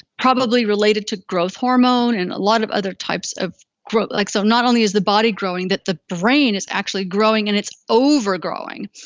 probably related to growth hormone, and a lot of other types of growth. like so not only is the body growing, but the brain is actually growing, and it's over growing.